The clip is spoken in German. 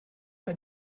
bei